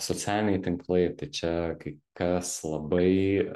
socialiniai tinklai tai čia kai kas labai